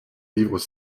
livres